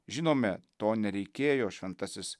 žinome to nereikėjo šventasis